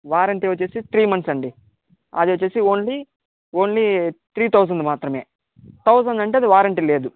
warranty వచ్చి three months అండి అది వచ్చి ఓన్లీ ఓన్లీ త్రి థౌజండ్ మాత్రమే థౌజండ్ అంటే అది వారెంటీ లేదు